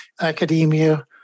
academia